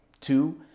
Two